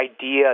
idea